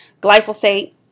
glyphosate